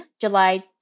July